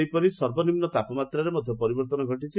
ସେହିପରି ସର୍ବନିମ୍ପ ତାପମାତ୍ରାରେ ମଧ୍ଧ ପରିବର୍ଭନ ଘଟିଛି